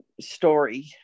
story